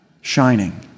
shining